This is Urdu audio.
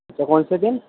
اچھا کون سے دن